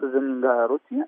su vieningąja rusija